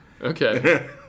Okay